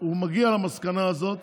הוא מגיע למסקנה הזאת